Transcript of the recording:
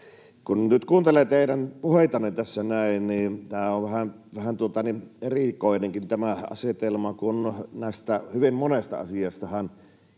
kun nyt kuuntelen teidän puheitanne tässä näin, niin tämä on vähän erikoinenkin asetelma, kun hyvin monista näistä